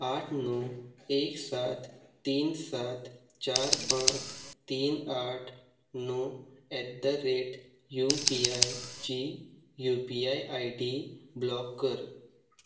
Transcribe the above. आठ णव एक सात तीन सात चार पांच तीन आठ णव एट द रेट यूपीआयची यूपीआय आयडी ब्लॉक कर